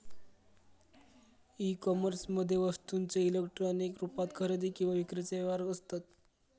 E कोमर्समध्ये वस्तूंचे electronic रुपात खरेदी किंवा विक्रीचे व्यवहार असत